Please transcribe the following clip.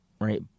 right